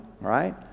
right